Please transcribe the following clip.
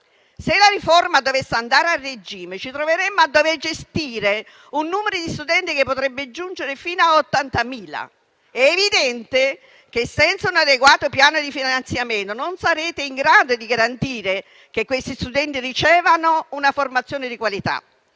se la riforma dovesse andare a regime, ci troveremmo a dover gestire un numero di studenti che potrebbe giungere fino a 80.000. È evidente che, senza un adeguato piano di finanziamento, non sarete in grado di garantire che questi studenti ricevano una formazione di qualità,